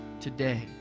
today